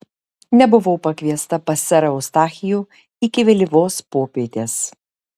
nebuvau pakviesta pas serą eustachijų iki vėlyvos popietės